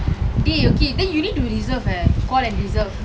dey okay then you need to reserve leh call and reserve